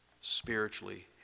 spiritually